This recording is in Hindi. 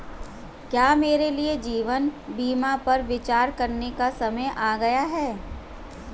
क्या मेरे लिए जीवन बीमा पर विचार करने का समय आ गया है?